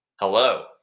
Hello